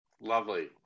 Lovely